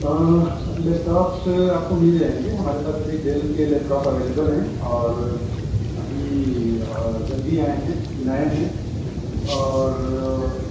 laptops آپ کو مل جائیں گے ہمارے پاس ابھی ڈیل کے لیپٹاپ اویلبل ہیں اور ابھی جلدی ہی آئے ہیں نئے ہیں اور